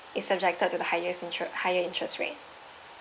it's subjected to the highest inter~ higher interest rate